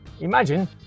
Imagine